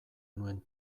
nuen